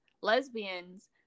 lesbians